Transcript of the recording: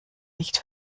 nicht